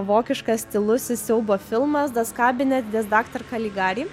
vokiškas tylusis siaubo filmas das kabinet der daktar kaligari